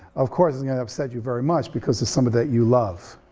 of course, it's gonna upset you very much because it's somebody that you love.